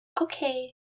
Okay